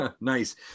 nice